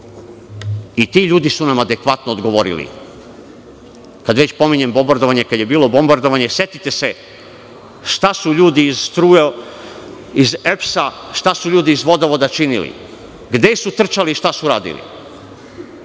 Ti ljudi su nam adekvatno odgovorili. Kada već pominjem bombardovanje, setite se šta su ljudi iz EPS, šta su ljudi iz Vodovoda činili, gde su trčali i šta su radili.